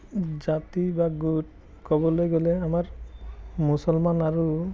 জাতি বা গোট ক'বলৈ গ'লে আমাৰ মুছলমান আৰু